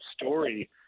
story